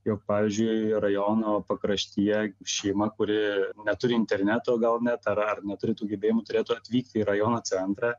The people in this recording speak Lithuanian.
jog pavyzdžiui rajono pakraštyje šeima kuri neturi interneto gal net ar neturi tų gebėjimų turėtų atvykti į rajono centrą